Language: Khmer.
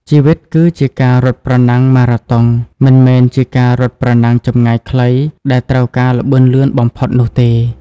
ជីវិតគឺជាការរត់ប្រណាំងម៉ារ៉ាតុង មិនមែនជាការរត់ប្រណាំងចម្ងាយខ្លីដែលត្រូវការល្បឿនលឿនបំផុតនោះទេ។